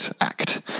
act